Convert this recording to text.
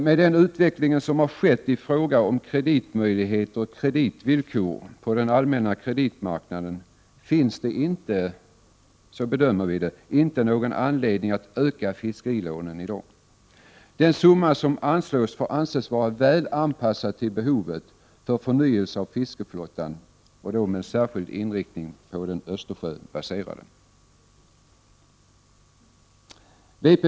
Med den utveckling som har skett i fråga om kreditmöjligheter och kreditvillkor på den allmänna kreditmarknaden, finns det inte, såsom vi bedömer det, någon anledning att i dag öka fiskerilånen. Den summa som anslås får anses vara väl anpassad till behovet av förnyelse av fiskeflottan, med särskild inriktning på den Östersjöbaserade flottan.